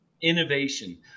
innovation